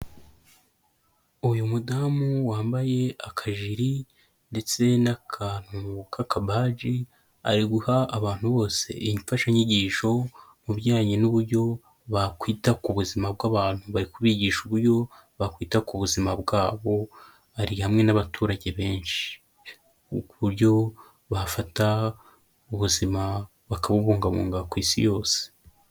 Uyu mudamu wambaye akajiri ndetse n'akantu ka kabaji, ari guha abantu bose iyi mfashanyigisho mu bijyanye n'uburyo bakwita ku buzima bw'abantu, bari kubigisha uburyo bakwita ku buzima bwabo, ari hamwe n'abaturage benshi, ku buryo bafata ubuzima bakabubungabunga ku isi yose.